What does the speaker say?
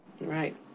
Right